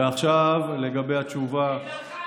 ועכשיו לגבי התשובה.